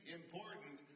important